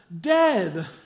dead